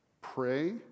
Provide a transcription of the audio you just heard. pray